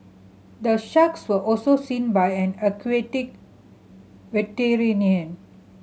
the sharks were also seen by an aquatic veterinarian